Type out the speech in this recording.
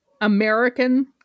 American